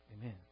Amen